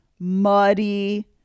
muddy